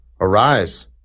Arise